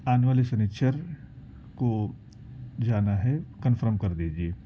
آنے والے سنیچر کو جانا ہے کنفرم کر دیجیے